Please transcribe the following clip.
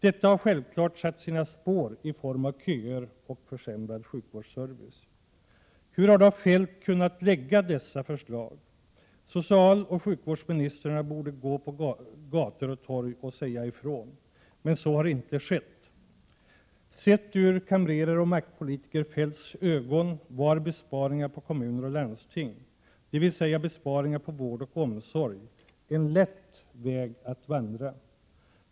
Detta har självfallet satt sina spår — i form av köer och försämrad sjukvårdsservice. Hur har då Feldt kunnat lägga fram dessa förslag? Socialministern och sjukvårdsministern borde gå omkring på gator och torg och säga ifrån, men så har inte skett. I kamrerare och maktpolitiker Feldts ögon var besparingar inom kommuner och landsting — dvs. besparingar beträffande vård och omsorg — en lätt väg att vandra.